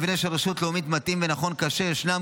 המבנה של רשות לאומית מתאים ונכון כאשר ישנם